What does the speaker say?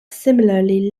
similarly